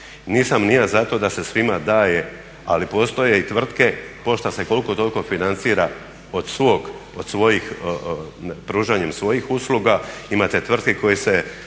Nisam ni ja za to da se svima daje ali postoje i tvrtke, pošta se koliko toliko financira od svojih, pružanjem svojih usluga. Imate tvrtke koje se